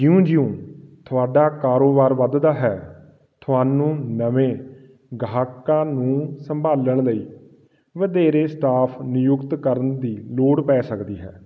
ਜਿਉਂ ਜਿਉਂ ਤੁਹਾਡਾ ਕਾਰੋਬਾਰ ਵੱਧਦਾ ਹੈ ਤੁਹਾਨੂੰ ਨਵੇਂ ਗਾਹਕਾਂ ਨੂੰ ਸੰਭਾਲਣ ਲਈ ਵਧੇਰੇ ਸਟਾਫ ਨਿਯੁਕਤ ਕਰਨ ਦੀ ਲੋੜ ਪੈ ਸਕਦੀ ਹੈ